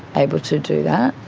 able to do that.